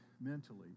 mentally